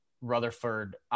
Rutherford